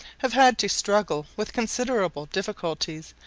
have had to struggle with considerable difficulties,